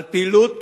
על פעילות